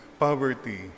Poverty